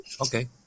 okay